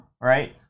right